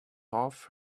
off